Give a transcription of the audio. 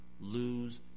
lose